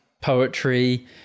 poetry